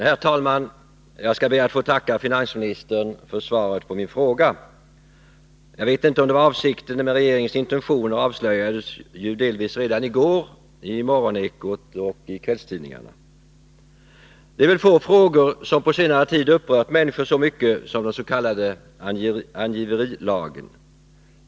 Herr talman! Jag skall be att få tacka finansministern för svaret på min fråga. Jag vet inte om det var avsikten, men regeringens intentioner avslöjades delvis redan i går i Morgonekot och kvällstidningarna. Det är väl få frågor som på senare tid upprört människor så mycket som den s.k. angiverilagen.